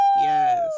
yes